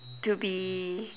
to be